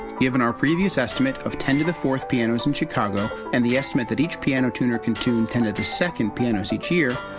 given our previous estimate of ten to the fourth pianos in chicago, and the estimate that each piano tuner can tune ten to the second pianos each year,